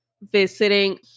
visiting